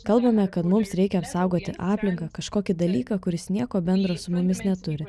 kalbame kad mums reikia apsaugoti aplinką kažkokį dalyką kuris nieko bendra su mumis neturi